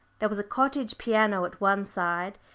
there was a cottage piano at one side,